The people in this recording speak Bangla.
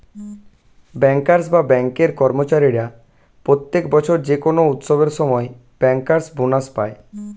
ব্যাংকার্স বা ব্যাঙ্কের কর্মচারীরা প্রত্যেক বছর যে কোনো উৎসবের সময় ব্যাংকার্স বোনাস পায়